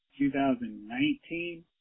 2019